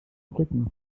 rücken